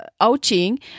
outing